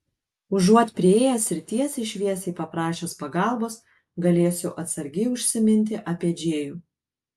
užuot priėjęs ir tiesiai šviesiai paprašęs pagalbos galėsiu atsargiai užsiminti apie džėjų